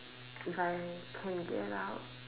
if I can get out